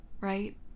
right